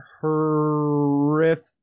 horrific